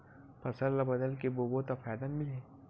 फसल ल बदल के बोबो त फ़ायदा मिलही?